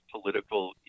political